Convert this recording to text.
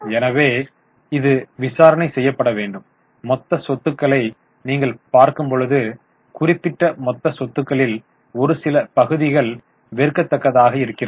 எனவே இது விசாரணை செய்யப்பட வேண்டும் மொத்த சொத்துக்களை நீங்கள் பார்க்கும்பொழுது குறிப்பிட்ட மொத்த சொத்துக்களில் ஒரு சில பகுதிகள் வெறுக்கத்தக்கதாக இருக்கிறது